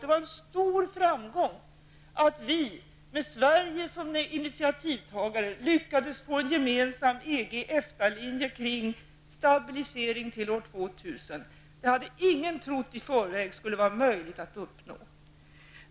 Det var en stor framgång att vi med Sverige som initiativtagare lyckades åstadkomma en gemensam EG--EFTA-linje kring stabilisering till år 2000. Det hade ingen i förväg trott skulle vara möjligt att uppnå.